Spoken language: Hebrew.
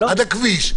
עד הכביש,